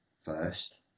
first